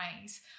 ways